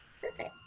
Perfect